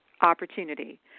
opportunity